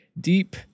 Deep